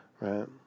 right